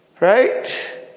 right